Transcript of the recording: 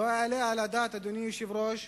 אדוני היושב-ראש,